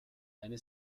eine